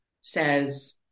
says